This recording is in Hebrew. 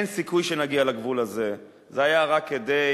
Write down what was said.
אין סיכוי שנגיע לגבול הזה, זה היה רק כדי